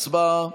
הצבעה.